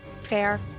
Fair